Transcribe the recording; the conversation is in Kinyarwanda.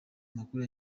makuru